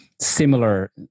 similar